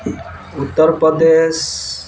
Uttar Pradesh